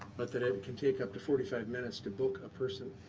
but that it can take up to forty five minutes to book a person,